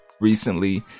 recently